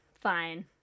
fine